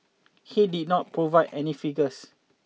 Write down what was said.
he did not provide any figures